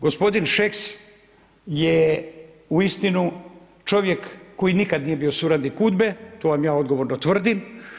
Gospodin Šeks je uistinu čovjek koji nikad nije bio suradnik UDBA-e to vam ja odgovorno tvrdim.